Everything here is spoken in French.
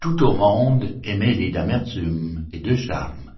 tout au monde est mêlé d'amertume et de charmes